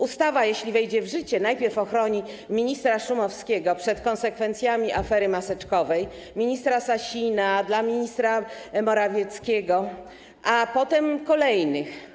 Ustawa, jeśli wejdzie w życie, najpierw ochroni ministra Szumowskiego przed konsekwencjami afery maseczkowej, ministra Sasina, premiera Morawieckiego, a potem kolejnych.